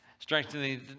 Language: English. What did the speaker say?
Strengthening